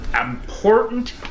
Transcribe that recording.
important